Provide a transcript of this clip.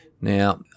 Now